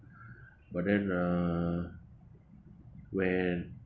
but then uh when